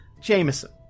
Jameson